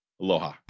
Aloha